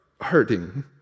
hurting